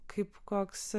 kaip koks